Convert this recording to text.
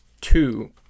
two